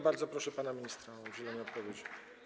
Bardzo proszę pana ministra o udzielenie odpowiedzi.